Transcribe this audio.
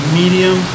medium